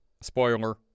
Spoiler